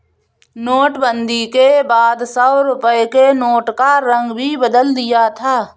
नोटबंदी के बाद सौ रुपए के नोट का रंग भी बदल दिया था